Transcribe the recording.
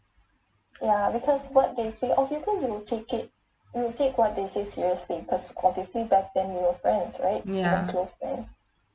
ya